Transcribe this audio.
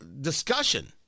discussion